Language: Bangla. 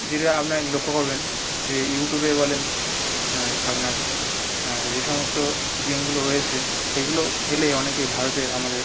যেটা আপনারা লক্ষ্য করবেন যে ইউটিউবে বলেন আপনার যে সমস্ত গেমগুলো রয়েছে সেইগুলো খেলে অনেকে ভারতের আমাদের